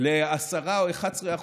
ל-10% או 11%,